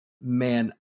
man